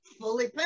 fully